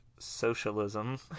Socialism